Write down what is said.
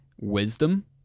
wisdom